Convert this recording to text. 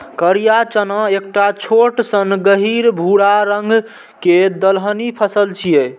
करिया चना एकटा छोट सन गहींर भूरा रंग के दलहनी फसल छियै